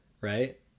right